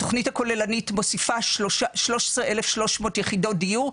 התכנית הכוללנית מוסיפה 13,300 יחידות דיור,